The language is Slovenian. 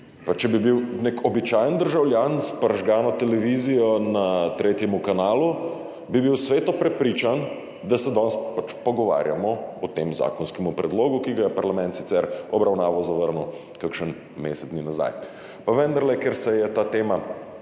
če bi bil nek običajen državljan s televizijo, prižgano na tretjem kanalu, bi bil sveto prepričan, da se danes pogovarjamo o tem zakonskem predlogu, ki ga je parlament sicer obravnaval, zavrnil kakšen mesec dni nazaj. Pa vendarle, ker se je ta tema